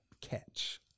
catch